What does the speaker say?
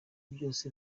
byose